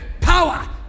Power